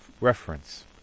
reference